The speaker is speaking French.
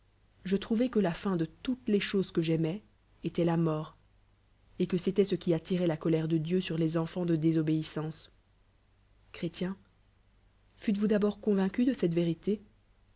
je trouvai que la fin de toute les choses que j'aimois était la mort et que c'élait ce qui attiroit la colère de dieu sur les enfants de désobéis sa dce chrél fûtes vous d'abord con r lincu de cette vérité